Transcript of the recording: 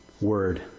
word